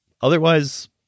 Otherwise